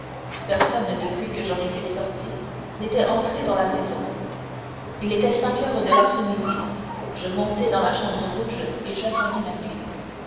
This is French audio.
personne depuis que j'en étais sorti n'était entré dans la maison il était cinq heures de l'après-midi je montai dans la chambre rouge et j'attendis la nuit